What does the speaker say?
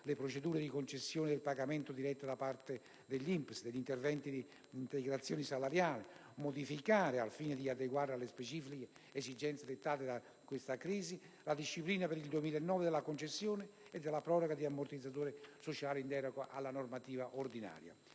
le procedure di concessione del pagamento diretto, da parte dell'INPS, degli interventi di integrazione salariale; a modificare - al fine di adeguarla alle specifiche esigenze dettate da questa crisi - la disciplina per il 2009 della concessione o della proroga di ammortizzatori sociali in deroga alla normativa ordinaria;